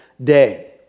Day